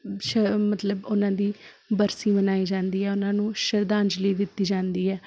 ਸ਼ ਮਤਲਬ ਉਹਨਾਂ ਦੀ ਬਰਸੀ ਮਨਾਈ ਜਾਂਦੀ ਹੈ ਉਹਨਾਂ ਨੂੰ ਸ਼ਰਧਾਂਜਲੀ ਦਿੱਤੀ ਜਾਂਦੀ ਹੈ